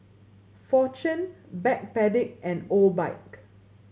Fortune Backpedic and Obike